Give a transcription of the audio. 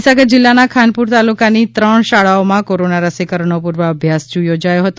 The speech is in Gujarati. મહિસાગર જિલ્લાના ખાનપુર તાલુકાની ત્રણ શાળાઓમાં કોરોના રસીકરણનો પૂર્વાઅભ્યાસ યોજાયો હતો